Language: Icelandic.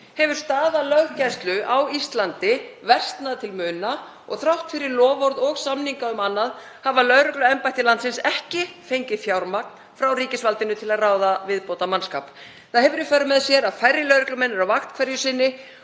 hefur staða löggæslu á Íslandi versnað til muna og þrátt fyrir loforð og samninga um annað hafa lögregluembætti landsins ekki fengið fjármagn frá ríkisvaldinu til að ráða viðbótarmannskap. Það hefur í för með sér að færri lögreglumenn eru á vakt hverju sinni